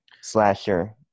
Slasher